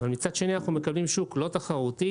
אבל מצד שני אנחנו מקבלים שוק לא תחרותי,